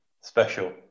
Special